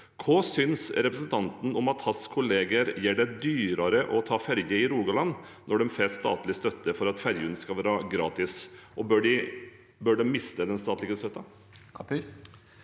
Hva synes representanten om at hans kollegaer gjør det dyrere å ta ferje i Rogaland, når en får statlig støtte for at ferjene skal være gratis? Bør de miste den statlige støtten?